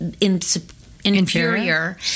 inferior